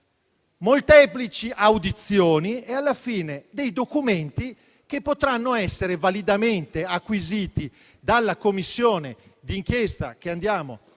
molteplici audizioni e alla fine prodotti dei documenti che potranno essere validamente acquisiti dalla Commissione di inchiesta che andiamo a